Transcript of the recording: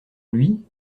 lui